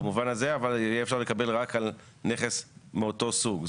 במובן זה יהיה אפשר לקבל רק בעבור נכס מאותו הסוג.